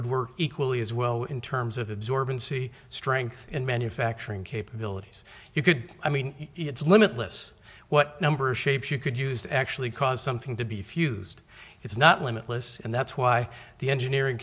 would work equally as well in terms of absorbency strength in manufacturing capabilities you could i mean it's limitless what number of shapes you could use to actually cause something to be fused it's not limitless and that's why the engineering